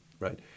right